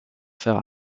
faire